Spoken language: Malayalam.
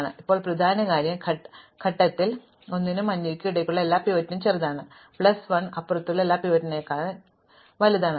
എന്നാൽ ഇപ്പോൾ പ്രധാന കാര്യം ഈ ഘട്ടത്തിൽ l നും മഞ്ഞയ്ക്കും ഇടയിലുള്ള എല്ലാം പിവറ്റിനേക്കാൾ ചെറുതാണ് മഞ്ഞ പ്ലസ് 1 ന് അപ്പുറത്തുള്ള എല്ലാം പിവറ്റിനേക്കാൾ വലുതാണ്